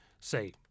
say